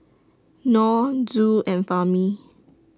Nor Zul and Fahmi